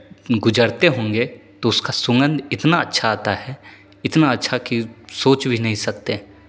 गुजरते होंगे तो उसका सुगंध इतना अच्छा आता है इतना अच्छा कि सोच भी नहीं सकते हैं